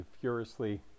furiously